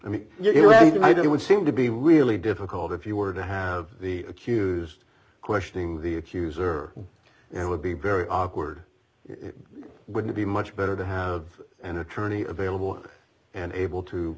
mean you're right i did it would seem to be really difficult if you were to have the accused questioning the accuser it would be very awkward it wouldn't be much better to have an attorney available and able to